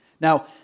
Now